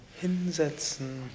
hinsetzen